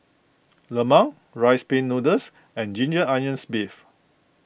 Lemang Rice Pin Noodles and Ginger Onions Beef